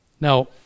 Now